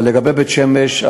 אבל לגבי בית-שמש,